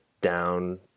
down